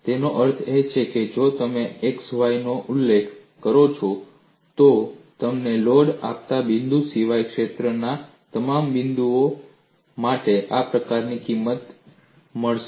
તેનો અર્થ એ છે કે જો તમે x y નો ઉલ્લેખ કરો છો તો તમને લોડ અપાતા બિંદુ સિવાય ક્ષેત્ર ના તમામ બિંદુઓ માટે આ પ્રકારની કિંમત મળશે